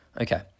Okay